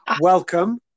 welcome